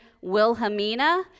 Wilhelmina